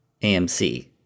AMC